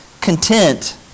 content